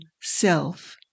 self